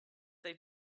they